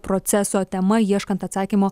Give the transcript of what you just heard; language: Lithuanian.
proceso tema ieškant atsakymo